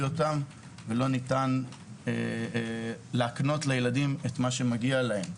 אותם ולא ניתן להקנות לילדים מה שמגיע להם.